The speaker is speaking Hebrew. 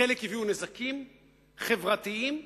חלק הביאו נזקים חברתיים קשים,